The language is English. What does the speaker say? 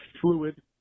fluid